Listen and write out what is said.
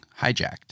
hijacked